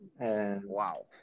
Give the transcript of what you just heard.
Wow